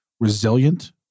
resilient